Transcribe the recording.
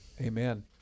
Amen